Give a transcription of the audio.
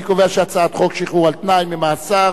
אני קובע שהצעת חוק שחרור על-תנאי ממאסר